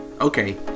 Okay